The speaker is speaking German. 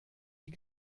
die